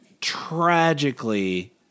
tragically